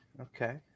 okay